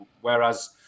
whereas